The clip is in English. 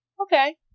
okay